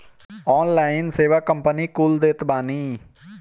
online सेवा company कुल देत बानी